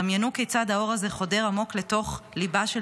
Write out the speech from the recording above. "דמיינו כיצד האור הזה חודר עמוק לתוך ליבה של